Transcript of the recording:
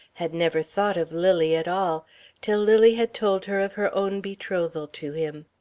had never thought of lily at all till lily had told her of her own betrothal to him.